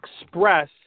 express